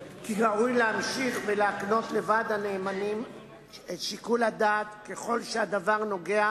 כי ראוי להמשיך ולהקנות לוועד הנאמנים את שיקול הדעת ככל שהדבר נוגע